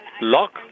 Lock